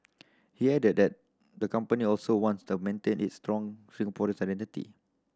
he added that the company also wants the maintain its strong Singaporean identity